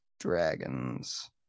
Dragons